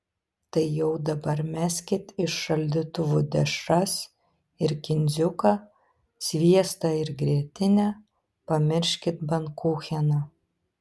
tai jau dabar meskit iš šaldytuvų dešras ir kindziuką sviestą ir grietinę pamirškit bankucheną